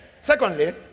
Secondly